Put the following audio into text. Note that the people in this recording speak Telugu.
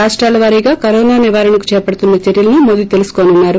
రాష్టాల వారిగా కరోనా నివారణకు చేపడుతున్న చర్యలను మోదీ తెలుసుకోనున్నారు